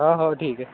हो हो ठीक आहे